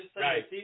right